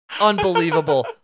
Unbelievable